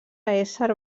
ésser